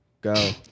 Go